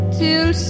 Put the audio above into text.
till